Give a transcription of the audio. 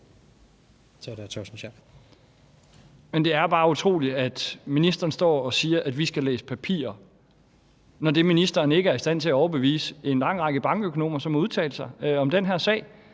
det er bare utroligt, at ministeren står og siger, at vi skal læse papirer, når ministeren ikke er i stand til at overbevise en lang række bankøkonomer, som har udtalt sig om den her sag.